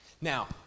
Now